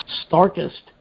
starkest